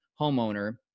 homeowner